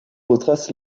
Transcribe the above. retrace